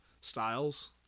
styles